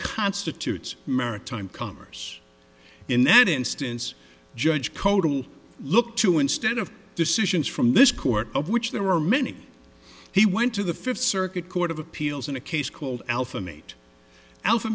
constitutes maritime commerce in that instance judge co to look to instead of decisions from this court of which there were many he went to the fifth circuit court of appeals in a case called alpha mate alpha